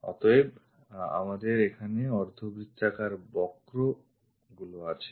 অতএব আমাদের এখানে অর্ধবৃত্তাকার বক্র গুলি আছে